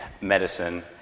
medicine